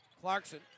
Clarkson